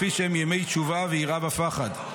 לפי שהן ימי תשובה ויראה ופחד,